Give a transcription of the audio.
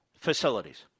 facilities